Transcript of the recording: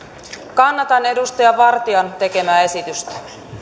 kannatan edustaja vartian tekemää esitystä